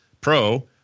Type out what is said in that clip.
Pro